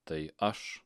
tai aš